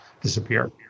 disappear